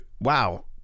wow